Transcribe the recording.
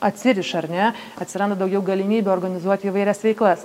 atsiriša ar ne atsiranda daugiau galimybių organizuot įvairias veiklas